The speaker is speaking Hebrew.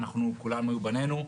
כולם היו בנינו,